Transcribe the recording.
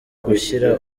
gushyira